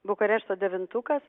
bukarešto devintukas